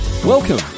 Welcome